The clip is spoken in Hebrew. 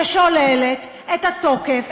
ששוללת את התוקף,